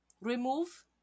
remove